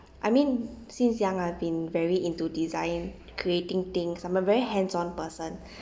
I mean since young I've been very into design creating things I'm a very hands on person